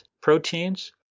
proteins